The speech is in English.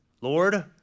Lord